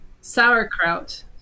sauerkraut